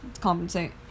Compensate